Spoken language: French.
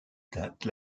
date